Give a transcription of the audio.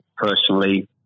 Personally